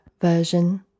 version